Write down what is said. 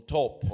top